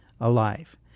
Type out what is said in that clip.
alive